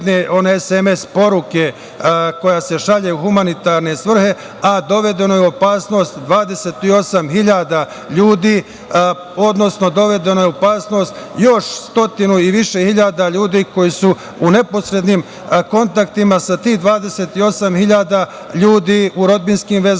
jedne SMS poruke koja se šalje u humanitarne svrhe, a dovedeno je u opasnost 28.000 ljudi, odnosno dovedeno je u opasnost još stotinu i više hiljada ljudi koji su u neposrednim kontaktima sa tih 28.000 ljudi u rodbinskim vezama,